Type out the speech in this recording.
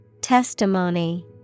Testimony